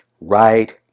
Right